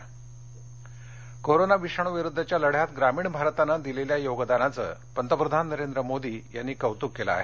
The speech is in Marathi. मोदी पंचायत कोरोना विषाणूविरुद्धच्या लढ्यात ग्रामीण भारतानं दिलेल्या योगदानाचं पंतप्रधान नरेंद्र मोदी यांनी कौतूक केलं आहे